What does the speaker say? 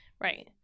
Right